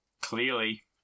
clearly